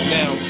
Now